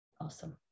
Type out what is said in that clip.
Awesome